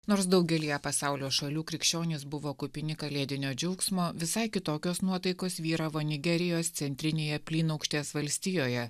nors daugelyje pasaulio šalių krikščionys buvo kupini kalėdinio džiaugsmo visai kitokios nuotaikos vyravo nigerijos centrinėje plynaukštės valstijoje